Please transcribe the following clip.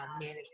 manage